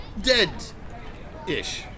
dead-ish